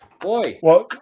boy